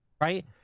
right